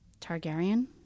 Targaryen